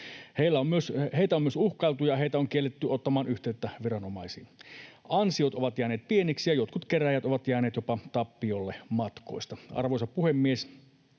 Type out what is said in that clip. Heitä on myös uhkailtu, ja heitä on kielletty ottamasta yhteyttä viranomaisiin. Ansiot ovat jääneet pieniksi, ja jotkut kerääjät ovat jääneet jopa tappiolle matkoista. Arvoisa puhemies!